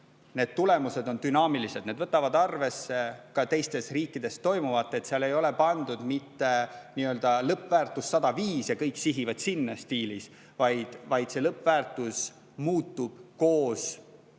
need tulemused on dünaamilised, need võtavad arvesse ka teistes riikides toimuvat, seal ei ole mitte pandud lõppväärtuseks 105, kõik-sihivad-sinna-stiilis, vaid see lõppväärtus muutub koos